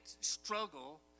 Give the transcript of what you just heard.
struggle